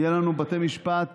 יהיו לנו בתי משפט